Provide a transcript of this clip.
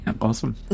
Awesome